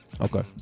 Okay